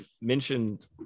mentioned